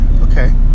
okay